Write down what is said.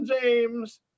James